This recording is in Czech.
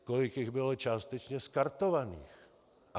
Kolik jich bylo částečně skartovaných.